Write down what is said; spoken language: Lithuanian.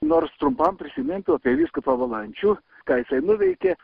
nors trumpam prisimintų apie vyskupą valančių ką jisai nuveikė